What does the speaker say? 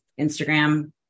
Instagram